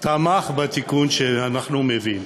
תמכה בתיקון שאנחנו מביאים,